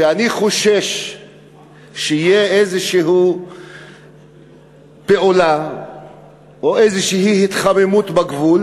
שאני חושש שתהיה איזו פעולה או התחממות בגבול